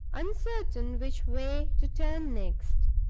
uncertain which way to turn next.